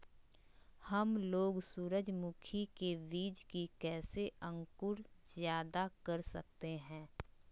हमलोग सूरजमुखी के बिज की कैसे अंकुर जायदा कर सकते हैं?